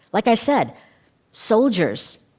like i said soldiers,